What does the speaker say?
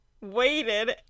waited